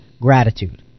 gratitude